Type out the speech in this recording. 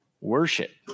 worship